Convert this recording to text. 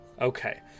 Okay